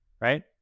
right